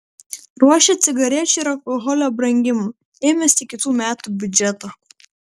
ruošia cigarečių ir alkoholio brangimą ėmėsi kitų metų biudžeto